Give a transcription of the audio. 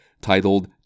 titled